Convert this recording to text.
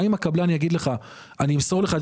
זה שגם אם הקבלן יגיד לך: "אני אמסור לך את